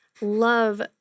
love